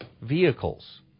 vehicles